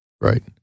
Right